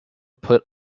put